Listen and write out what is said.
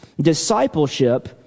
discipleship